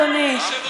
אדוני,